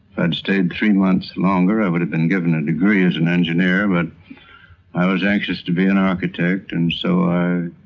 i'd stayed three months longer i would have been given a degree as an engineer, but i was anxious to be an architect and so i